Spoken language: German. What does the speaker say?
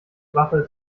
wache